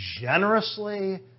generously